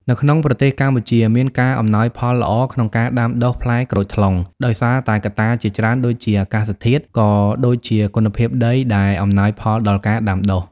នៅក្នុងប្រទេសកម្ពុជាមានការអំណោយផលល្អក្នុងការដាំដុះផ្លែក្រូចថ្លុង ដោយសារតែកត្តាជាច្រើនដូចជាអាកាសធាតុ ក៏ដូចជាគុណភាពដីដែលអំណោយផលដល់ការដាំដុះ។